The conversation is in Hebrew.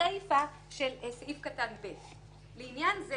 בסיפה של סעיף קטן (ב): "לעניין זה,